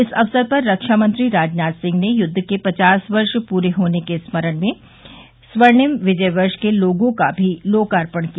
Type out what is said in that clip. इस अवसर पर रक्षा मंत्री राजनाथ सिंह ने युद्व के पचास वर्ष पूरे होने के स्मरण में स्वर्णिम विजय वर्ष का लोगो का भी लोकार्पण किया